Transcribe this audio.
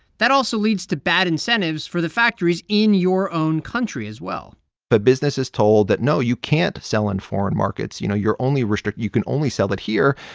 that also leads to bad incentives for the factories in your own country as well but business is told that no, you can't sell in foreign markets. you know, you're only you can only sell it here.